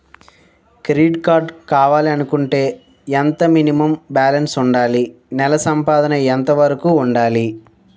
Credit card కావాలి అనుకుంటే ఎంత మినిమం బాలన్స్ వుందాలి? నెల సంపాదన ఎంతవరకు వుండాలి?